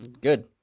Good